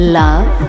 love